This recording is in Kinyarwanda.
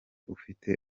ufite